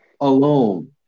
alone